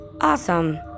Awesome